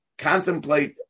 contemplate